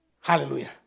Hallelujah